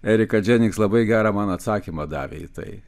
erika dženings labai gera man atsakymą davė į tai